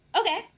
Okay